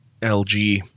lg